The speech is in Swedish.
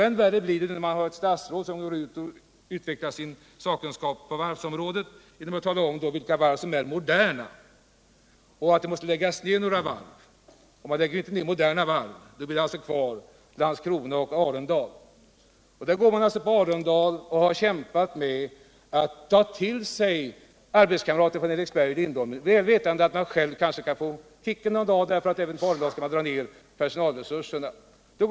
Än värre blir det när ett statsråd går ut och utvecklar sin sakkunskap på varvsområdet genom att tala om vilka varv som är moderna och att det måste läggas ned några varv, och man lägger ju inte ned moderna varv. Därför blir det alltså kvar Landskrona och Arendal att lägga ner. På Arendal har man kämpat med att ta till sig arbetskamrater från Eriksberg och Lindholmen, väl vetande att man själv kanske får kicken endera dagen därför att personalresurserna även på Arendal skall dras ned.